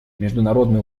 международное